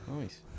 Nice